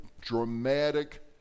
dramatic